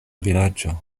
vilaĝo